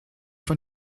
von